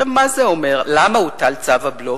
מה זה אומר, למה הוטל צו הבלו?